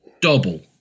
Double